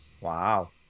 Wow